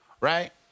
Right